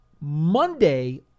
Monday